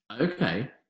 okay